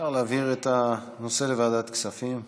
אפשר להעביר את הנושא לוועדת הכספים.